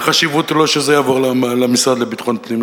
החשיבות אולי שזה יעבור למשרד לביטחון פנים,